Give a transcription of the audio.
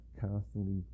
constantly